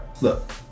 look